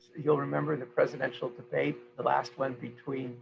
you'll remember the presidential debate the last one between